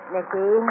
Nikki